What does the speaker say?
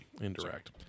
Indirect